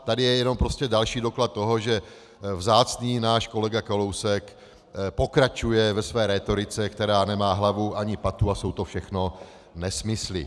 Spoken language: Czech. Tady je jen další doklad toho, že vzácný náš kolega Kalousek pokračuje ve své rétorice, která nemá hlavu ani patu a jsou to všechno nesmysly.